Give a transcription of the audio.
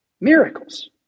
miracles